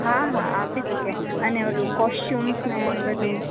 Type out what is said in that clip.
હા હા આપી શકે અને ઓલું કોસ્ચ્યુમ્સ ને એ બધું